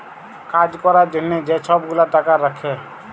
কাজ ক্যরার জ্যনহে যে ছব গুলা টাকা রাখ্যে